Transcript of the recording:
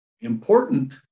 important